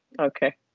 Okay